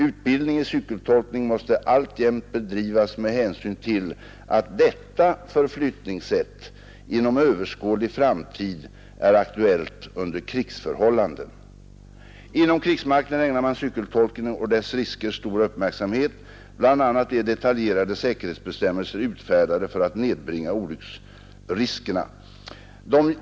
Utbildning i cykeltolkning måste alltjämt bedrivas med hänsyn till att detta förflyttningssätt inom överskådlig framtid är aktuellt under krigsförhållanden. Inom krigsmakten ägnar man cykeltolkningen och dess risker stor uppmärksamhet. BI. a. är detaljerade säkerhetsbestämmelser utfärdade för att nedbringa olycksriskerna.